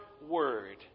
word